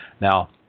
Now